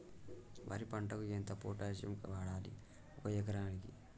వరి పంటకు ఎంత పొటాషియం వాడాలి ఒక ఎకరానికి?